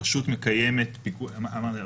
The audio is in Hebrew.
אמרתי,